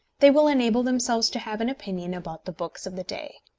they will enable themselves to have an opinion about the books of the day.